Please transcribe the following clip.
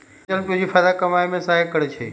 आंचल पूंजी फयदा कमाय में सहयता करइ छै